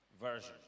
version